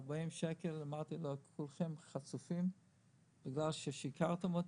אמרתי: כולכם חצופים בגלל ששיקרתם לי.